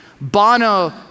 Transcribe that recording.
Bono